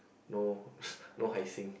no no Hai-Sing